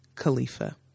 Khalifa